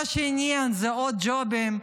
מה שעניין זה עוד ג'ובים,